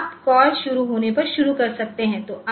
तो आप कॉल शुरू होने पर शुरू कर सकते हैं